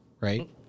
right